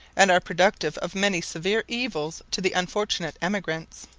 and are productive of many severe evils to the unfortunate emigrants.